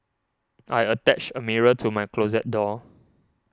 I attached a mirror to my closet door